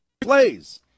plays